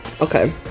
okay